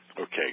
okay